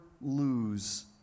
lose